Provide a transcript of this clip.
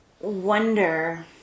wonder